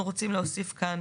אנחנו רוצים להוסיף כאן